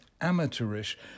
amateurish